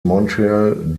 montreal